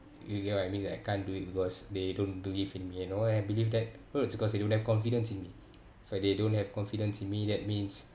you get what I mean like I can't do it because they don't believe in you know and I believe that hurts because they don't have confidence in me if I they don't have confidence in me that means